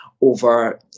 over